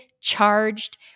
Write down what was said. charged